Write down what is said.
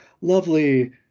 lovely